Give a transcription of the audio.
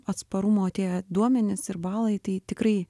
atsparumo tie duomenys ir balai tai tikrai